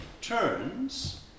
turns